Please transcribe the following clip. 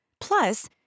Plus